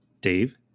Dave